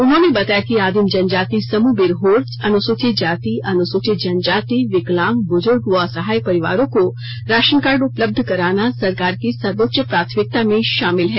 उन्होंने बताया कि आदिम जनजाति बिरहोर अनुसूचित जाति अनुसूचित जनजाति विकलांग बुजुर्ग व असहाय परिवारों को राशनकार्ड उपलब्ध कराना सरकार की सर्वोच्च प्राथमिकता में शामिल है